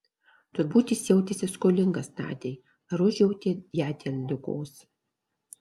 turbūt jis jautėsi skolingas nadiai ar užjautė ją dėl ligos